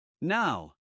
Now